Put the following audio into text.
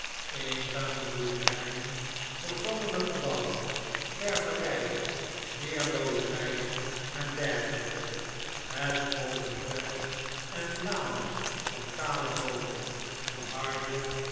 eenzame boerderjjen vervallene gebouwen ververjjen leerlooierijen en dergelijke het open veld en lanen van kale boomen de harde